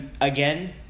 again